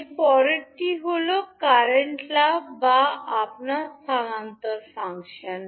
এর পরেরটি হল কারেন্ট লাভ যা আবার স্থানান্তর ফাংশন